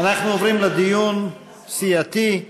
אנחנו עוברים לדיון סיעתי.